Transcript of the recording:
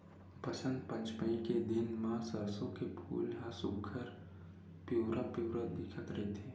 बसंत पचमी के दिन म सरसो के फूल ह सुग्घर पिवरा पिवरा दिखत रहिथे